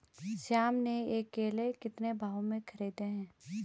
श्याम ने ये केले कितने भाव में खरीदे हैं?